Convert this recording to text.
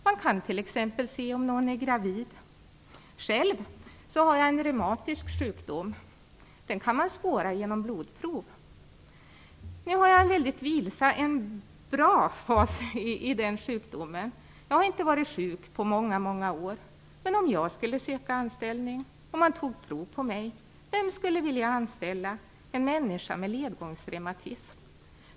Man kan t.ex. se om någon är gravid. Själv har jag en reumatisk sjukdom. Den kan man spåra genom blodprov. Nu är jag i en bra fas av den sjukdomen. Jag har inte varit sjuk på många år. Men om jag skulle söka anställning och man skulle ta prov på mig skulle man kunna spåra sjukdomen. Vem skulle vilja anställa en människa med ledgångsreumatism?